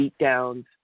beatdowns